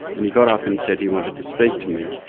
and he got up and said he wanted to speak to me.